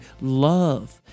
love